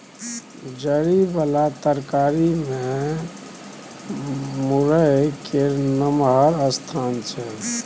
जरि बला तरकारी मे मूरइ केर नमहर स्थान छै